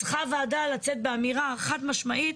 צריכה הוועדה לצאת באמירה חד משמעית,